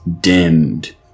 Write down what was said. dimmed